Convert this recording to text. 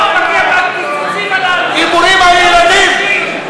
הקיצוצים, הימורים על ילדים.